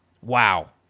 Wow